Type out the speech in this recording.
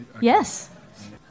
Yes